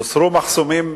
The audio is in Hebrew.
הוסרו מחסומים